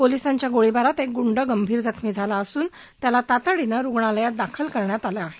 पोलिसांच्या गोळीबारात एक गूंड गंभीर जखमी झाला असून त्याला तातडीनं रुग्णालयात दाखल करण्यात आलं आहे